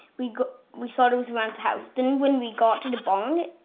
we we thought it was around the house, then when we got to the barn